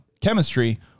chemistry